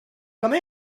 come